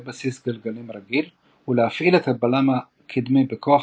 בסיס גלגלים רגיל הוא להפעיל את הבלם הקדמי בכוח